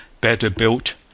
better-built